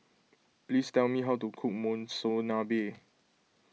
please tell me how to cook Monsunabe